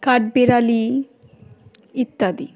কাঠবেড়ালি ইত্যাদি